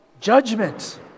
judgment